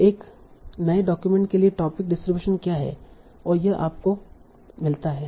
तो एक नए डॉक्यूमेंट के लिए टोपिक डिस्ट्रीब्यूशन क्या है और यह आपको मिलता है